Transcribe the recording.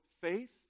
faith